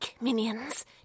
Minions